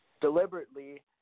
deliberately